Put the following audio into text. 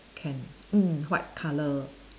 canned mm white colour